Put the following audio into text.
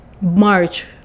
March